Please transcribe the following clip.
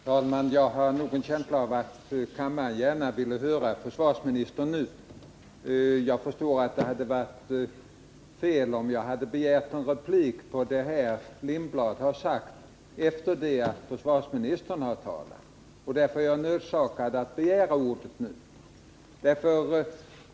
Herr talman! Jag har en känsla av att kammaren gärna skulle vilja höra försvarsministern nu, men jag förstår också att det skulle ha varit fel av mig, om jag hade begärt replik på det som Hans Lindblad nu har sagt efter det att försvarsministern har talat. Därför har jag varit nödsakad att begära ordet nu.